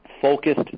focused